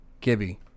Gibby